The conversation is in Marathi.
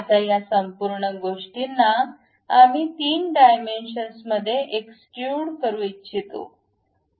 आता या संपूर्ण गोष्टींना आम्ही तीन डायमेन्शन्स मध्ये एक्सट्रूड करू इच्छितो